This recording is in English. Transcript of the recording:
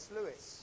Lewis